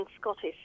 Scottish